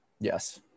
Yes